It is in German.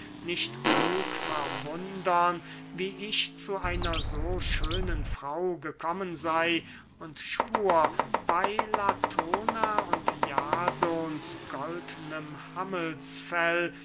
nicht genug verwundern wie ich zu einer so schönen frau gekommen sey und schwur bey latona und jasons goldnem